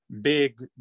big